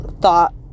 thought